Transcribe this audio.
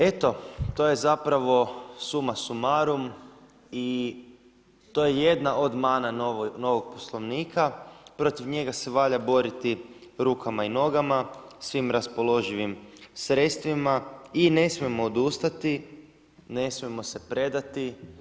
Eto, to je zapravo suma sumarum i to je jedna od mana novog Poslovnika, protiv njega se valja boriti rukama i nogama, svim raspoloživim sredstvima i ne smijemo odustati, ne smijemo se predati.